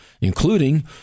including